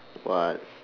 what